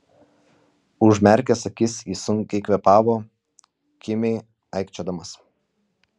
užmerkęs akis jis sunkiai kvėpavo kimiai aikčiodamas